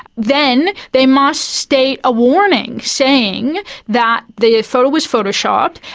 then they must state a warning saying that the photo is photoshopped,